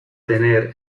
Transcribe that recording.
tener